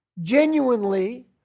genuinely